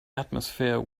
atmosphere